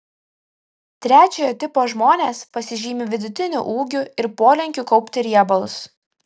trečiojo tipo žmonės pasižymi vidutiniu ūgiu ir polinkiu kaupti riebalus